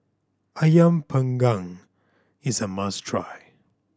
Ayam Panggang is a must try